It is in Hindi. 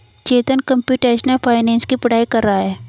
चेतन कंप्यूटेशनल फाइनेंस की पढ़ाई कर रहा है